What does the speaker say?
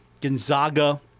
Gonzaga